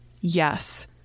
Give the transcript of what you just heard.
Yes